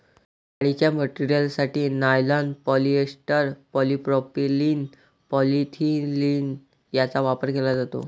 जाळीच्या मटेरियलसाठी nylon, polyester, polypropylene, polyethylene यांचा वापर केला जातो